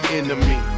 enemy